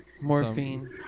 Morphine